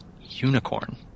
Unicorn